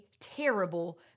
terrible